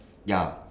ya